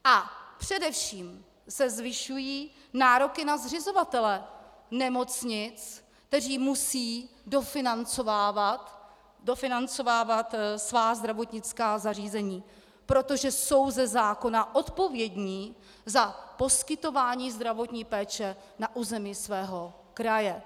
A především se zvyšují nároky na zřizovatele nemocnic, kteří musí dofinancovávat svá zdravotnická zařízení, protože jsou ze zákona odpovědní za poskytování zdravotní péče na území svého kraje.